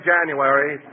January